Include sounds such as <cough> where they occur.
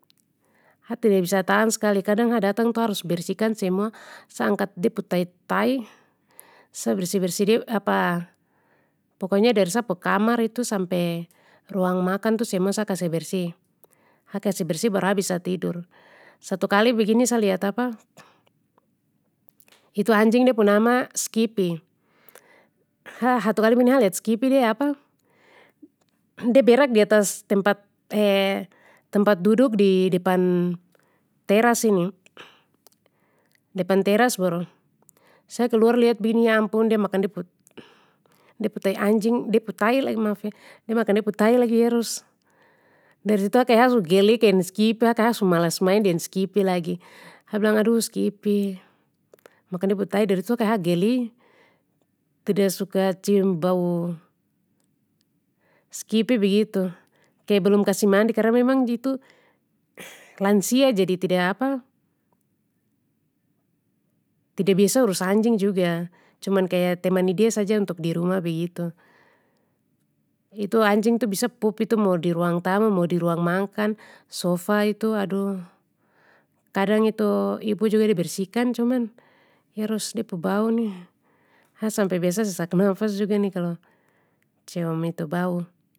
Ha tida bisa tahan skali kadang ha datang tu ha harus bersihkan semua, sa angkat de pu tai tai, sa bersih bersih de <hesitation> pokoknya dari sa pu kamar itu sampe, ruang makan tu semua sa kasih bersih, ha kasih bersih baru ha bisa tidur. Satu kali begini sa lihat <hesitation> itu anjing de pu nama skipi, ha hatu kali begini ha lihat skipi de <hesitation> de berak di atas tempat <hesitation> tempat duduk di depan teras ini, depan teras baru, sa keluar lihat begini baru ya ampun de makan de pu <hesitation> de pu tai anjing, de pu tai lagi maaf eh de makan de pu tai lagi yerus, dari situ itu ha kaya ha su geli deng skipi ha kaya ha su malas main deng skipi lagi ha kaya ha su malas main deng skipi, ha bilang aduh skipi, makan de pu tai dari situ kaya ha geli, tidak suka cium bau skipi begitu, kaya belum kasih mandi karna memang itu, lansia jadi <hesitation> tida biasa urus anjing juga, cuman kaya temani dia saja untuk di rumah begitu. Itu anjing tu biasa pup itu mau di ruang tamu mau di ruang makan, sofa itu aduh, kadang itu ibu juga de bersihkan cuman, yerus de pu bau ni, ha sampe biasa sesak nafas juga ni kalo, cium itu, bau.